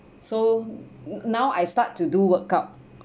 so n~ now I start to do workout